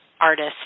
artist